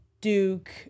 Duke